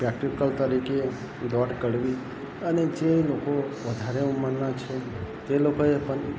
practical તરીકે દોડ કરવી અને જે લોકો વધારે ઉંમરનાં છે તે લોકોએ પણ